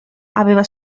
aveva